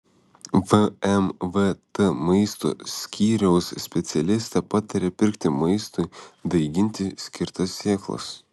vmvt maisto skyriaus specialistė pataria pirkti maistui daiginti skirtas sėklas